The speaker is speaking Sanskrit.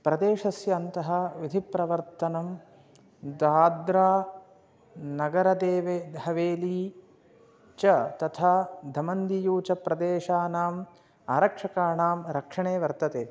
प्रदेशस्य अन्तः विधिप्रवर्तनं दाद्रानगरादेव द हवेली च तथा धमन्दियू च प्रदेशानाम् आरक्षकाणां रक्षणे वर्तते